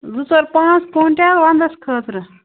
زٕ ژور پانٛژھ کۄینٛٹَل وَنٛدَس خٲطرٕ